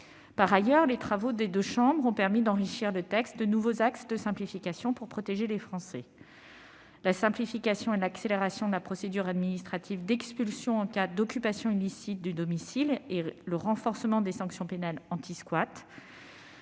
Par ailleurs, les travaux des deux chambres ont permis d'enrichir le texte de nouveaux axes de simplification pour protéger les Français : simplification et accélération de la procédure administrative d'expulsion en cas d'occupation illicite du domicile et renforcement des sanctions pénales anti-squat